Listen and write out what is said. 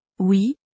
Oui